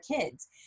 kids